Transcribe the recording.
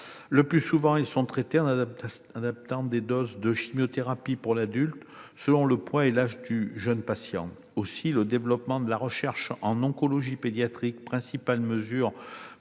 Le plus souvent, ils sont traités en adaptant des doses de chimiothérapie pour l'adulte, selon le poids et l'âge du jeune patient. Aussi, le développement de la recherche en oncologie pédiatrique, principale mesure